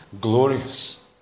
glorious